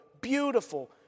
beautiful